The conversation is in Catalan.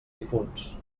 difunts